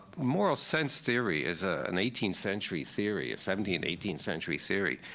moral sense theory is ah an eighteenth century theory, a seventeenth, eighteenth century theory.